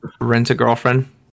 Rent-A-Girlfriend